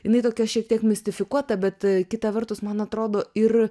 jinai tokia šiek tiek mistifikuota bet kita vertus man atrodo ir